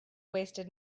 wasted